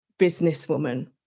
businesswoman